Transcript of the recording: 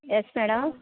yes madam